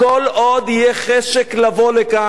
כל עוד יהיה חשק לבוא לכאן,